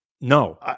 no